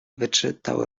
wyczytał